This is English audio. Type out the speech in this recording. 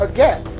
Again